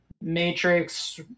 Matrix